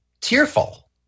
tearful